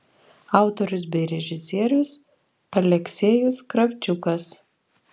autorius bei režisierius aleksejus kravčiukas